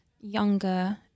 younger